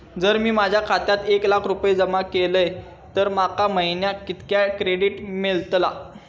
जर मी माझ्या खात्यात एक लाख रुपये जमा केलय तर माका महिन्याक कितक्या क्रेडिट मेलतला?